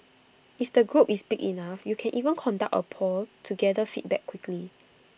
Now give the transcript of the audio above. if the group is big enough you can even conduct A poll to gather feedback quickly